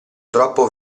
troppo